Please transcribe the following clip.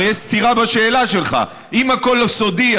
הרי יש סתירה בשאלה שלך: אם הכול סודי,